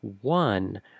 one